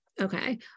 okay